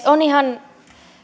on ihan